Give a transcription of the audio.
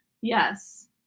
Yes